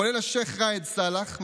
כולל השייח' ראאד סלאח,